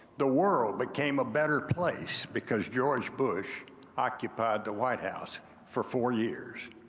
the world became a better place because george bush occupied the white house for four years.